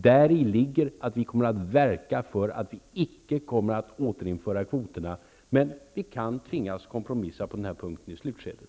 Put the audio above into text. Däri ligger att vi kommer att verka för att vi icke kommer att återinföra kvoterna. Men vi kan tvingas kompromissa på denna punkt i slutskedet.